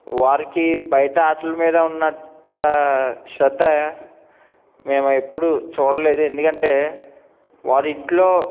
వారికి బయట ఆటల మీద ఉన్నంత శ్రద్ధ మేము ఎప్పుడూ చూడలేదు ఎందుకంటే వారు ఇంట్లో